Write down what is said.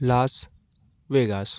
Las Vegas